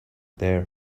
there